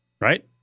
Right